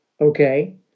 Okay